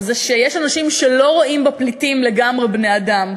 זה שיש אנשים שלא רואים בפליטים לגמרי בני-אדם.